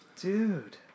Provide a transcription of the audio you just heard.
Dude